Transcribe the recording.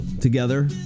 together